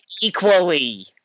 equally